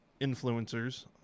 influencers